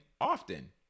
often